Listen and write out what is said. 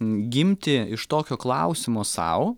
gimti iš tokio klausimo sau